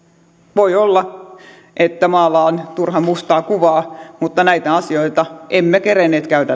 voi olla että maalaan turhan mustaa kuvaa mutta näitä asioita emme kerenneet käydä